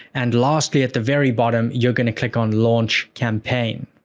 and lastly, at the very bottom, you're going to click on launch campaign.